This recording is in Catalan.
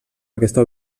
aquesta